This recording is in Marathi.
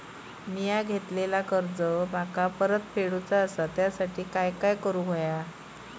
मिया घेतलेले कर्ज मला परत फेडूचा असा त्यासाठी काय काय करून होया?